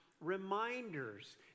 Reminders